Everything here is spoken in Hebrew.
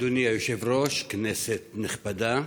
אדוני היושב-ראש, כנסת נכבדה,